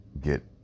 get